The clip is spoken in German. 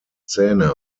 zähne